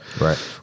Right